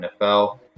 NFL